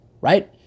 right